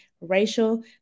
racial